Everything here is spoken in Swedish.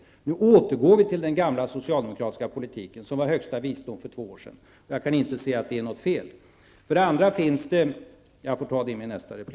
Nu återgår vi till den gamla socialdemokratiska politiken som var högsta visdom för två år sedan, och jag kan inte se att det är något fel.